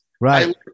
Right